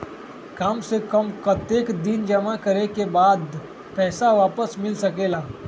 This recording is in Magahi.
काम से कम कतेक दिन जमा करें के बाद पैसा वापस मिल सकेला?